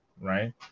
right